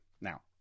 Now